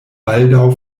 baldaŭ